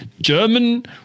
German